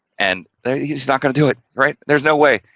and he's not going to do it, right. there's no way,